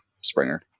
Springer